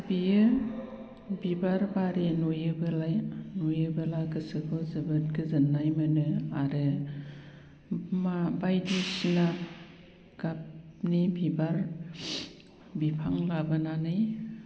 बियो बिबार बारि नुयोब्ला गोसोखौ जोबोद गोजोननाय मोनो आरो मा बायदिसिना गाबनि बिबार बिफां लाबोनानै